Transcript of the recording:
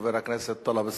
חבר הכנסת טלב אלסאנע.